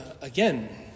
again